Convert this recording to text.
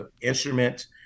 instruments